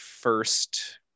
First